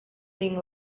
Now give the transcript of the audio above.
thing